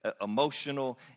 emotional